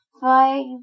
Five